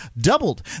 doubled